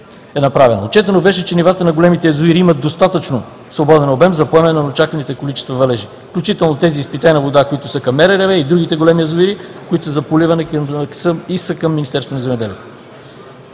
е създадена. Отчетено беше по нивата, че големите язовири имат достатъчно свободен обем за поемане на очакваните количества валежи, включително тези с питейна вода, които са към МРРБ, и другите големи язовири, които са за поливане и са към Министерството на земеделието.